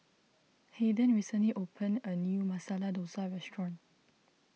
Hayden recently opened a new Masala Dosa restaurant